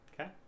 Okay